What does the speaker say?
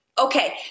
Okay